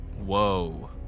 Whoa